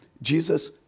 Jesus